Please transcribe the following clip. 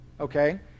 okay